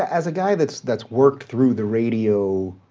as a guy that's that's worked through the radio